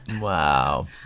Wow